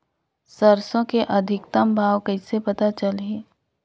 सरसो के अधिकतम भाव कइसे पता चलही?